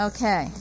Okay